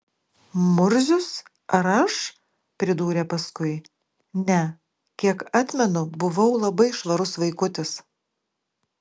murzius ar aš pridūrė paskui ne kiek atmenu buvau labai švarus vaikutis